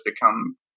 become